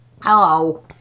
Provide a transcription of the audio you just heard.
Hello